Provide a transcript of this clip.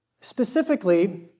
Specifically